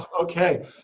okay